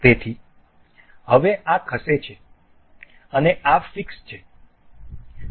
તેથી હવે આ ખસે છે અને આ ફિક્સ છે